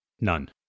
None